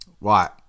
Right